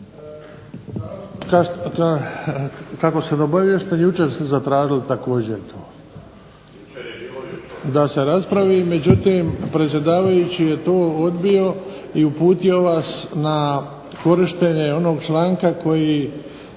Kako sam obaviješten i jučer ste zatražili također to da se raspravi, međutim predsjedavajući je to odbio i uputio vas na korištenje onog članka koji